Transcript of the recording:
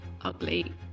ugly